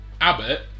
Abbott